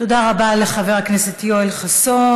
תודה רבה לחבר הכנסת יואל חסון.